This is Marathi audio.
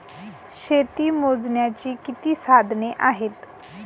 शेती मोजण्याची किती साधने आहेत?